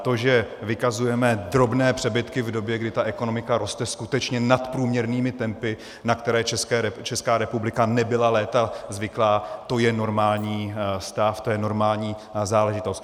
To, že vykazujeme drobné přebytky v době, kdy ekonomika roste skutečně nadprůměrnými tempy, na které Česká republika nebyla léta zvyklá, to je normální stav, to je normální záležitost.